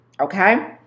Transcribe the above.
okay